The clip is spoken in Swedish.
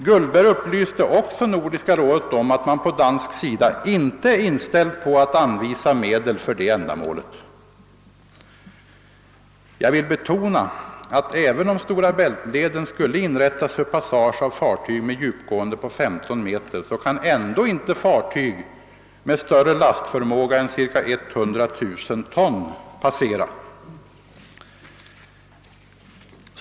Guldberg upplyste också Nordiska rådet om att man på dansk sida inte är inställd på att anvisa medel för det ändamålet. Jag vill betona att även om Stora Bältleden skulle inrättas för passage av fartyg med ett djupgående på 15 meter, kan ändå inte fartyg med större lastförmåga än cirka 100 000 ton passera.